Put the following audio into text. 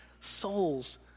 Souls